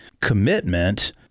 commitment